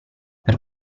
per